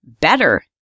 better